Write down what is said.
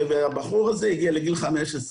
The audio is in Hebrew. והבחור הזה הגיע לגיל חמש עשרה.